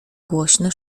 głośny